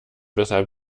weshalb